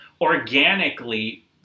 organically